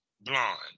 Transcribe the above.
blonde